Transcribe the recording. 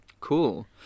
Cool